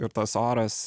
ir tas oras